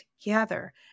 together